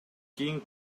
кийин